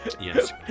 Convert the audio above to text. Yes